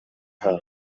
habo